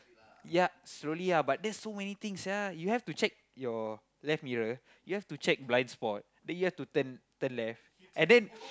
ya slowly ah but that's so many things sia you have to check your left mirror you have to check your blind spot then you have to turn turn left and then